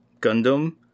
Gundam